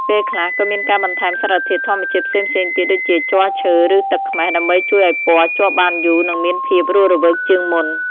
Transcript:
ពេលខ្លះក៏មានការបន្ថែមសារធាតុធម្មជាតិផ្សេងៗទៀតដូចជាជ័រឈើ ឬទឹកខ្មេះដើម្បីជួយឱ្យពណ៌ជាប់បានយូរនិងមានភាពរស់រវើកជាងមុន។